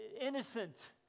innocent